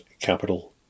capital